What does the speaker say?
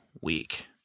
week